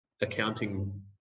accounting